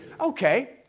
Okay